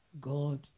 God